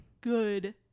good